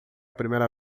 primeira